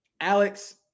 Alex